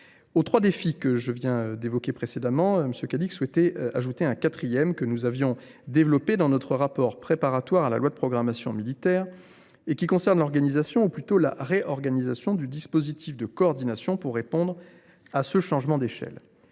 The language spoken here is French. Aux trois défis que je viens d’évoquer, M. Cadic souhaite en ajouter un quatrième, que nous avions abordé dans notre rapport préparatoire à la loi de programmation militaire (LPM) et qui concerne l’organisation, ou plutôt la réorganisation, du dispositif de coordination pour répondre au changement d’échelle